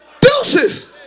Deuces